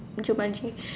Jumanji